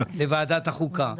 לוועדת החוקה.